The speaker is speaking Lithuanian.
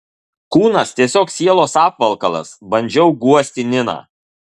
kūnas tiesiog sielos apvalkalas bandžiau guosti niną